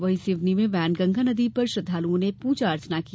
वहीं सिवनी में बैनगंगा नदी पर श्रद्वालुओं ने पूजा अर्चना की